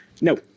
no